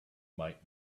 might